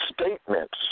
statements